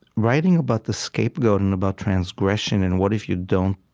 writing about the scapegoat and about transgression, and what if you don't